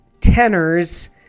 tenors